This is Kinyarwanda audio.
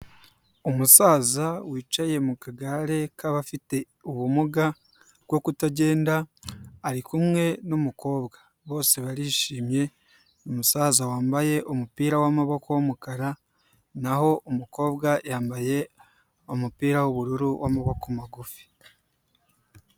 Umusaza wicaye mu kagare k'abafite ubumuga bwo kutagenda, ari kumwe n'umukobwa, bose barishimye, umusaza wambaye umupira w'amaboko w'umukara, n'aho umukobwa yambaye umupira w'ubururu w'amaboko magufi.